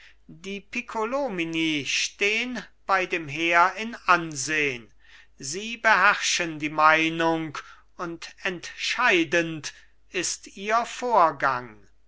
die piccolomini stehn bei dem heer in ansehn sie beherrschen die meinung und entscheidend ist ihr vorgang